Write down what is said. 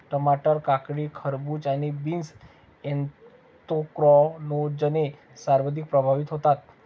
टमाटर, काकडी, खरबूज आणि बीन्स ऍन्थ्रॅकनोजने सर्वाधिक प्रभावित होतात